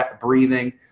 breathing